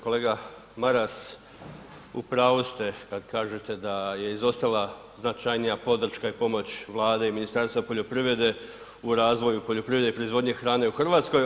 Kolega Maras, u pravu ste kada kažete da je izostala značajnija podrška i pomoć Vlade i Ministarstva poljoprivrede u razvoju poljoprivrede i proizvodnje hrane u Hrvatskoj.